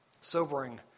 sobering